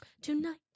Tonight